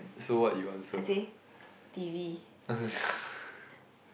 I say t_v